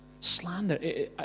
Slander